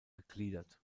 gegliedert